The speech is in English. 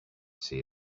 see